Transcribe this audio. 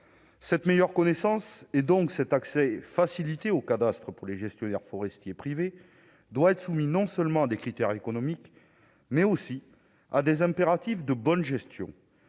cette meilleure connaissance et donc cet accès facilité au cadastre pour les gestionnaires forestiers privés doit être soumis non seulement des critères économiques mais aussi à des impératifs de bonne gestion,